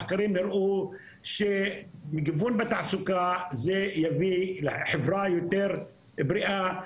מחקרים הראו שגיוון בתעסוקה יביא לחברה יותר בריאה,